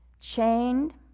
chained